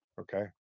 Okay